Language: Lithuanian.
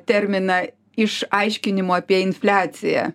terminą iš aiškinimų apie infliaciją